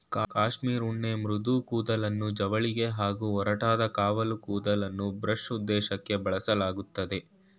cashmere ಉಣ್ಣೆ ಮೃದು ಕೂದಲನ್ನು ಜವಳಿಗೆ ಹಾಗೂ ಒರಟಾದ ಕಾವಲು ಕೂದಲನ್ನು ಬ್ರಷ್ ಉದ್ದೇಶಕ್ಕೇ ಬಳಸಲಾಗ್ತದೆ